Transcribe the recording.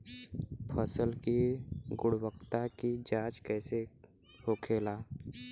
फसल की गुणवत्ता की जांच कैसे होखेला?